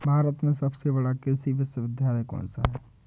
भारत में सबसे बड़ा कृषि विश्वविद्यालय कौनसा है?